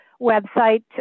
website